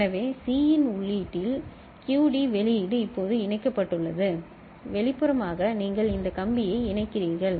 எனவே C இன் உள்ளீட்டில் QD வெளியீடு இப்போது இணைக்கப்பட்டுள்ளது வெளிப்புறமாக நீங்கள் இந்த கம்பியை இணைக்கிறீர்கள்